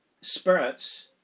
Spirits